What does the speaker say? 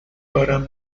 دارم